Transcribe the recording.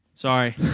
Sorry